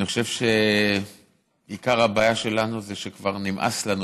אני חושב שעיקר הבעיה שלנו זה שכבר נמאס לנו,